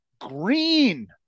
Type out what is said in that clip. green